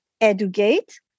educate